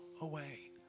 away